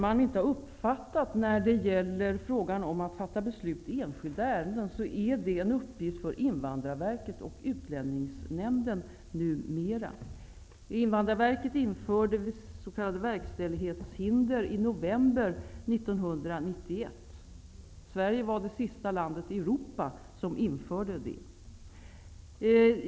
Att fatta beslut i enskilda ärenden är numera en uppgift för Invandrarverket och Utlänningsnämnden. Jag vet inte om Maud Björnemalm inte har uppfattat det. Invandrarverket införde s.k. verkställighetshinder i november 1991. Sverige var det sista land i Europa som införde det.